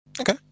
Okay